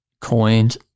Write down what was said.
coined